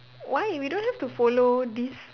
why we don't have to follow this